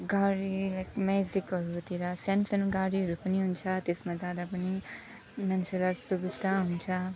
गाडी मेजिकहरूतिर सानो सानो गाडीहरू पनि हुन्छ त्यसमा जाँदा पनि मान्छेलाई सुबिस्ता हुन्छ